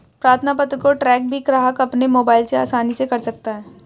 प्रार्थना पत्र को ट्रैक भी ग्राहक अपने मोबाइल से आसानी से कर सकता है